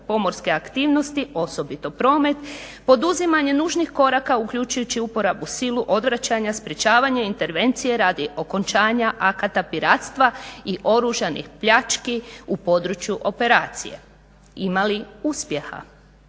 pomorske aktivnosti osobito promet, poduzimanje nužnih koraka uključujući uporabu sile, odvraćanja, sprečavanja intervencije radi okončanja akata piratstva i oružanih pljački u području operacije. Ima li uspjeha?